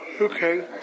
Okay